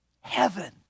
Heaven